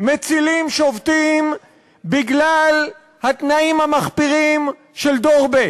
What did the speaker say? מצילים שובתים בגלל התנאים המחפירים של דור ב'.